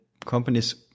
companies